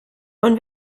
und